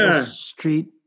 Street